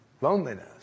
loneliness